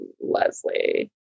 Leslie